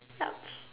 such